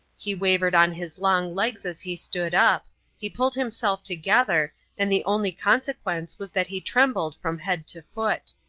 he wavered on his long legs as he stood up he pulled himself together, and the only consequence was that he trembled from head to foot.